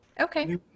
Okay